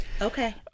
okay